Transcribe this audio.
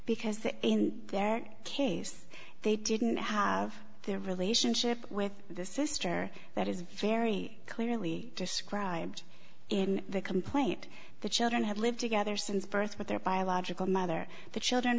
because that in their case they didn't have their relationship with the sister that is very clearly described in the complaint the children have lived together since birth but their biological mother the children